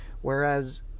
whereas